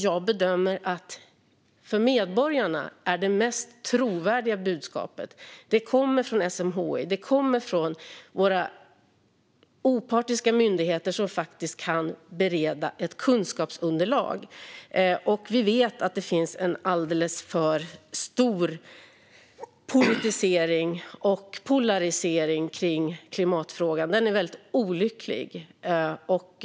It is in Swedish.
Jag bedömer att det mest trovärdiga budskapet kommer från SMHI och från våra opartiska myndigheter som faktiskt kan bereda ett kunskapsunderlag till medborgarna. Vi vet att det finns en alldeles för stor politisering och polarisering kring klimatfrågan. Det är väldigt olyckligt.